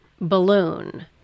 balloon